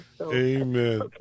amen